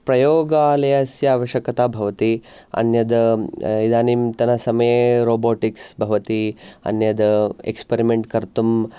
प्रयोगालयस्य आवश्यकता भवति अन्यत् इदानीन्तन समये रोबोटिक्स् भवति अन्यत् एक्सपरिमेन्ट् कर्तुम्